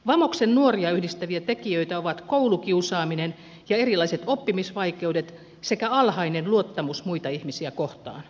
vamoksen nuoria yhdistäviä tekijöitä ovat koulukiusaaminen ja erilaiset oppimisvaikeudet sekä alhainen luottamus muita ihmisiä kohtaan